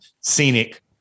scenic